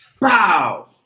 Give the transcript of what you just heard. Wow